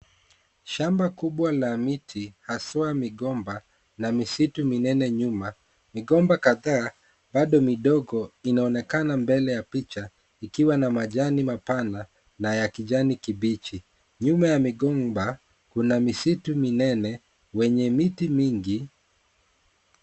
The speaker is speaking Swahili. Shamba kubwa la miti haswa migomba na misitu minene nyuma, migomba kadhaa bado midogo inaoonekana mbele ya picha ikiwa na majani mapana na ya kijani kibichi. Nyuma ya migomba kuna misitu minene wenye miti mingi.